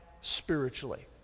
spiritually